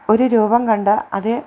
ഒരു രൂപം കണ്ട് അത്